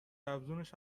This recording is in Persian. افزونش